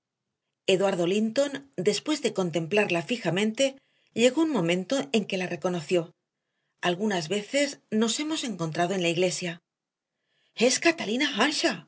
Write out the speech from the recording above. eduardo linton después de contemplarla fijamente llegó un momento en que la reconoció algunas veces nos hemos encontrado en la iglesia es catalina